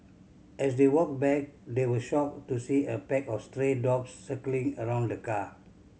as they walked back they were shocked to see a pack of stray dogs circling around the car